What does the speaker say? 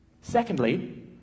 Secondly